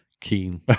keen